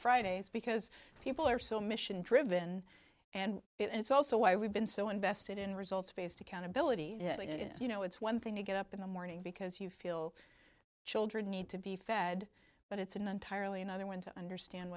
fridays because people are so mission driven and it's also why we've been so invested in results based accountability you know it's one thing to get up in the morning because you feel children need to be fed but it's an entirely another one to understand